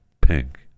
pink